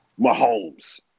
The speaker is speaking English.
Mahomes